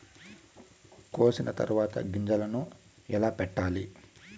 కోసిన తర్వాత గింజలను ఎలా పెట్టాలి